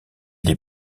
des